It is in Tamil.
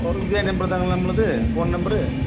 ஓ இதே நம்பர் தானா நம்மளுது ஃபோன் நம்பரு